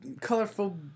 colorful